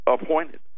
appointed